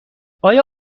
آیا